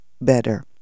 better